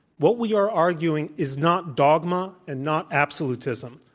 what we are arguing is not dogma and not absolutism.